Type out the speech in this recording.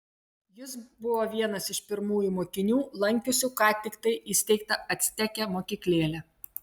jis buvo vienas iš pirmųjų mokinių lankiusių ką tiktai įsteigtą acteke mokyklėlę